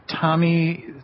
Tommy